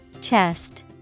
Chest